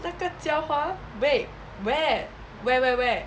那个浇花 wait where where where where